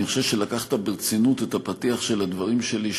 אני חושב שלקחת ברצינות את הפתיח של הדברים שלי,